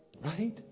Right